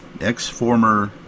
ex-former